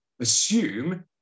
assume